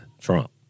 Trump